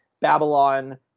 Babylon